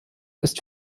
ist